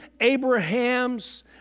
Abraham's